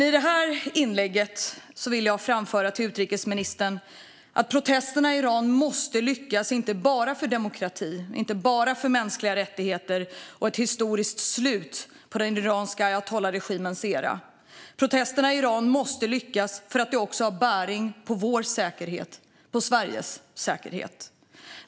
I det här inlägget vill jag framföra till utrikesministern att protesterna i Iran måste lyckas inte bara för demokratin, inte bara för mänskliga rättigheter och ett historiskt slut på den iranska ayatollaregimens era, utan protesterna i Iran måste lyckas för att de också har bäring på vår säkerhet - på Sveriges säkerhet.